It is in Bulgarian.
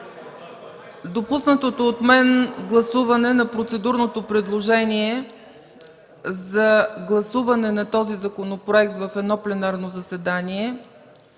допуснатото от мен гласуване на процедурното предложение за гласуване на този законопроект в едно пленарно заседание